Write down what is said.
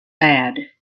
bad